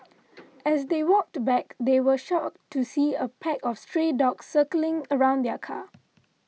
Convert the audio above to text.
as they walked back they were shocked to see a pack of stray dogs circling around the car